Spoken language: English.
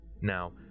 Now